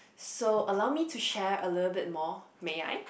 so allow me to share a little bit more may I